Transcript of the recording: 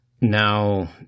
now